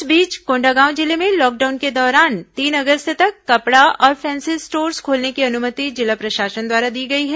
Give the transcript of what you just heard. इस बीच कोंडागांव जिले में लॉकडाउन के दौरान तीन अगस्त तक कपड़ा और फैंसी स्टोर्स खोलने की अनुमति जिला प्रशासन द्वारा दी गई है